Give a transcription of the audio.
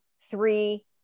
three